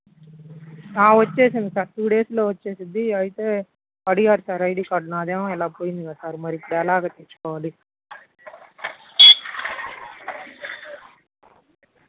వచ్చేసింది sir two డేస్లో వచ్చేసిద్ది అయితే అడిగారు సార్ ఐడి కార్డ్ నాదేమో ఇలా పోయిందిగా సార్ మరి ఇప్పుడు ఎలాగ తెచ్చుకోవాలి